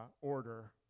order